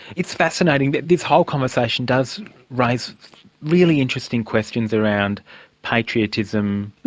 it's fascinating, this whole conversation does raise really interesting questions around patriotism,